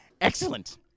Excellent